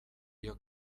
iyo